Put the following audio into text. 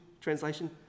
translation